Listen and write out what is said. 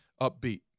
upbeat